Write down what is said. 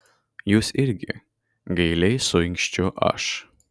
jūs irgi gailiai suinkščiu aš